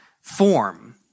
form